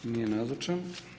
Nije nazočan.